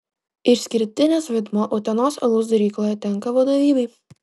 išskirtinis vaidmuo utenos alaus darykloje tenka vadovybei